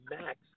Max